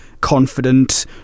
confident